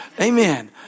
Amen